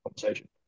conversation